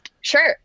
Sure